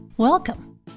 Welcome